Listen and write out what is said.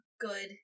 good